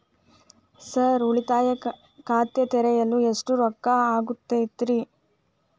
Sir ಉಳಿತಾಯ ಖಾತೆ ತೆರೆಯಲು ಎಷ್ಟು ರೊಕ್ಕಾ ಆಗುತ್ತೇರಿ?